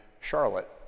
Charlotte